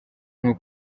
nko